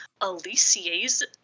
Alicia's